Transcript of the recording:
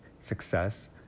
success